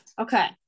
Okay